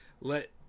let